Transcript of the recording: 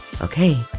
Okay